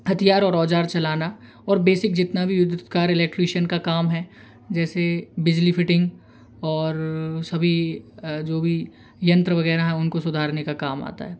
हथियार और औजार चलाना और बेसिक जितना भी विद्युत कार्य इलेक्ट्रिशियन का काम है जैसे बिजली फिटिंग और सभी जो भी यंत्र वगैरह हैं उनको सुधारने का काम आता है